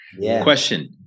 Question